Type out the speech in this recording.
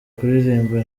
kuririmba